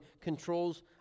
controls